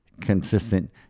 consistent